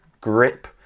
grip